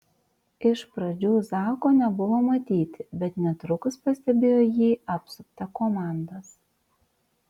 iš pradžių zako nebuvo matyti bet netrukus pastebėjo jį apsuptą komandos